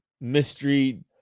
mystery